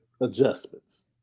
adjustments